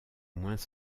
moins